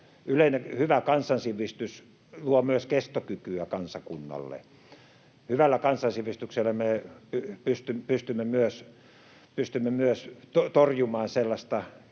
kansansivistys luo myös kestokykyä kansakunnalle. Hyvällä kansansivistyksellä me pystymme myös torjumaan sellaista